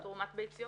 בתרומת ביציות עולה.